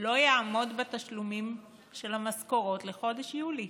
לא יעמוד בתשלומים של המשכורות לחודש יולי.